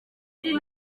kuri